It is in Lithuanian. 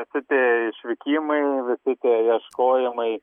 visi tie išvykimai visi tie ieškojimai